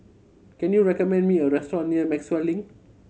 can you recommend me a restaurant near Maxwell Link